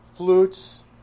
flutes